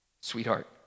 sweetheart